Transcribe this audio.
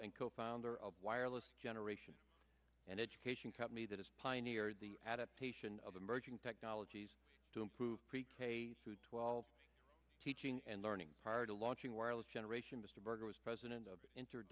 and co founder of wireless generation and education company that has pioneered the adaptation of emerging technologies to improve pre k through twelve teaching and learning prior to launching wireless generation mr berger is president of entered